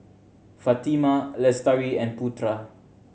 Fatimah Lestari and Putra